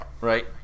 Right